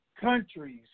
countries